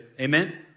Amen